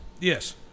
Yes